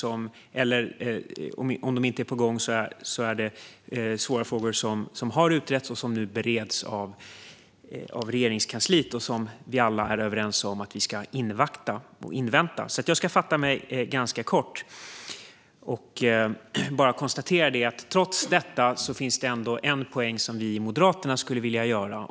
Om de inte är på gång handlar det om svåra frågor som har utretts och som nu bereds av Regeringskansliet, och vi är alla överens om att invänta detta. Jag ska därför fatta mig kort och konstatera att det trots detta finns en poäng som vi i Moderaterna vill göra.